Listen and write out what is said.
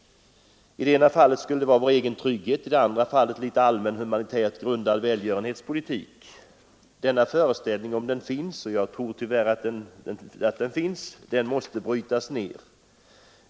I det ena fallet skulle det gälla vår egen trygghet, i det andra fallet vara fråga om en litet allmänt humanitärt grundad välgörenhetspolitik. Denna föreställning, om den finns — och jag tror tyvärr att den gör det — måste brytas ned.